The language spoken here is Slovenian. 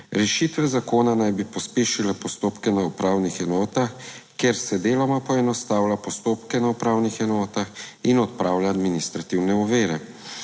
Rešitve zakona naj bi pospešile postopke na upravnih enotah, kjer se deloma poenostavlja postopke na upravnih enotah in odpravlja administrativne ovire.